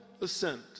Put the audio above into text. assent